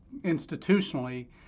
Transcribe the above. institutionally